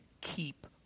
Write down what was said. keep